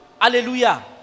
Hallelujah